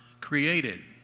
created